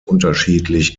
unterschiedlich